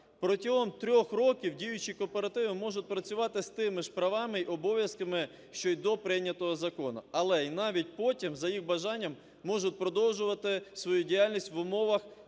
Протягом 3 років діючі кооперативи можуть працювати з тими ж правами і обов'язками, що і до прийнятого закону. Але і навіть потім за їх бажанням можуть продовжувати свою діяльність в умовах